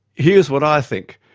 here's what i think.